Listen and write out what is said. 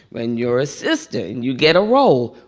when you're a sister and you get a role,